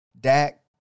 Dak